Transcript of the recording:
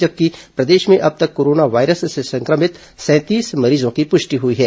जबकि प्रदेश में अब तक कोरोना वायरस से संक्रमित सैं तीस मरीजों की पृष्टि हई है